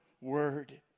word